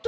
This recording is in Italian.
testo,